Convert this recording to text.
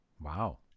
Wow